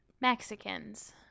Mexicans